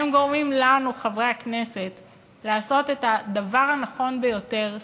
והם גורמים לנו חברי הכנסת לעשות את הדבר הנכון ביותר עבורם,